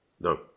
No